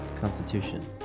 constitution